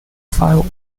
five